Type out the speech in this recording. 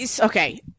okay